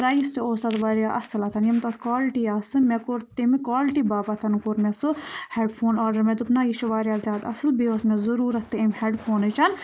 price تہِ اوس تَتھ واریاہ اَصٕل یِم تَتھ کالٹی آسہٕ مےٚ کوٚر تَمہِ کالٹی باپَتھ کوٚر مےٚ سُہ ہٮ۪ڈ فون آرڈَر مےٚ دوٚپ نہ یہِ چھُ واریاہ زیادٕ اَصٕل بیٚیہِ اوس مےٚ ضٔروٗرت تہِ اَمہِ ہٮ۪ڈ فونٕچ